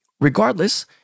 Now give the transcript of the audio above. regardless